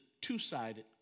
two-sided